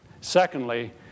Secondly